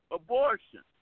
abortion